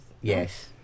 Yes